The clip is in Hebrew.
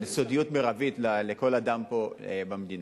ולסודיות מרבית לכל אדם פה במדינה.